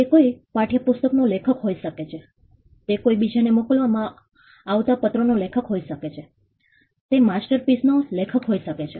તે કોઈ પાઠયપુસ્તકનો લેખક હોઈ શકે છે તે કોઈ બીજાને મોકલવામાં આવતા પત્રનો લેખક હોઈ શકે છે તે માસ્ટરપીસmasterpieceકલાકૃતિનો લેખક હોઈ શકે છે